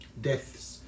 Deaths